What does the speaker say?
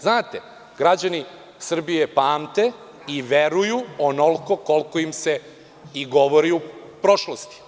Znate, građani Srbije pamte i veruju onoliko koliko im se i govori u prošlosti.